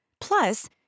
Plus